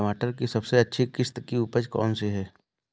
टमाटर की सबसे अच्छी किश्त की उपज कौन सी है?